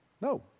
No